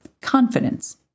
confidence